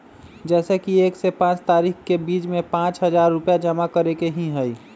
जैसे कि एक से पाँच तारीक के बीज में पाँच हजार रुपया जमा करेके ही हैई?